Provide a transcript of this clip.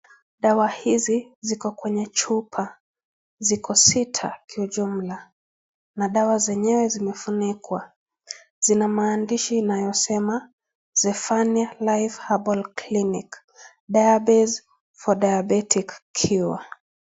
Dawa hizi ziko kwenye chupa ,ziko sita kiujumla na dawa zenyewe zimefunikwa zina maandishi inayosema Sephania(cs) life herbal Clinic diebase for diabetic cure (cs) .